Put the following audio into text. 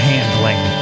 Handling